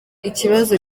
ikibazo